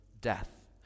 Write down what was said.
death